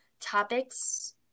topics